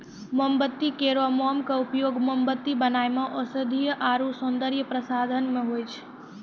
मधुमक्खी केरो मोम क उपयोग मोमबत्ती बनाय म औषधीय आरु सौंदर्य प्रसाधन म होय छै